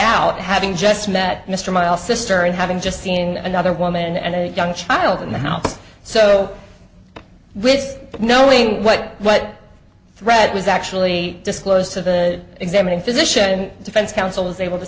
out having just met mr mile sister and having just seen another woman and a young child in the house so with knowing what what threat was actually disclosed to the examining physician and defense counsel was able to